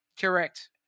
Correct